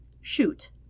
Shoot